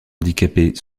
handicapées